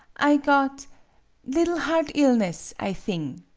i got liddle heart-illness, i thing,